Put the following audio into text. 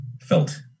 felt